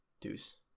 Deuce